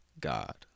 God